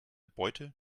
beute